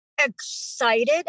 excited